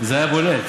זה היה בולט.